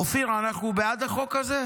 אופיר, אנחנו בעד החוק הזה,